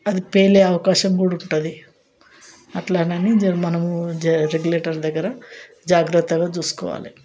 అది పేలే అవకాశం కూడ ఉంటది అట్లనాని జ మనము జ రెగ్యులేటర్ దగ్గర జాగ్రత్తగా చూసుకోవాలి